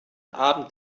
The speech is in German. abend